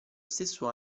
stesso